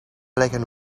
leggen